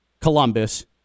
columbus